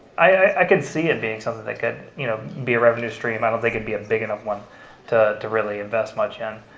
i can see it being something that could you know be a revenue stream. i don't think it'd be a big enough one to to really invest much in.